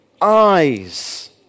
eyes